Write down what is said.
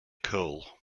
cole